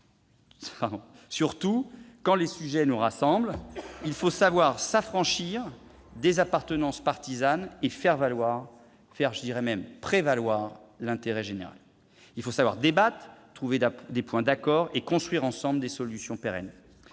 sur tout quand les sujets nous rassemblent. Il faut savoir s'affranchir des appartenances partisanes et faire prévaloir l'intérêt général. Il faut savoir débattre, trouver des points d'accord et construire ensemble des solutions pérennes.